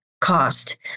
cost